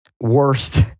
worst